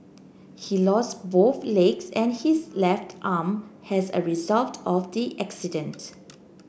he lost both legs and his left arm as a result of the accident